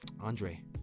Andre